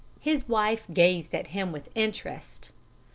his wife gazed at him with interest.